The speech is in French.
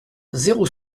zéro